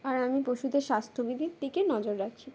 আর আমি পশুদের স্বাস্থ্যবিধির দিকে নজর রাখি